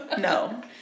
No